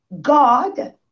God